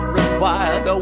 required